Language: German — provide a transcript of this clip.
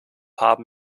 haben